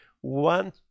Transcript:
one